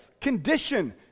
condition